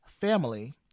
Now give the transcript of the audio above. family